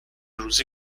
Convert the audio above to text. روزی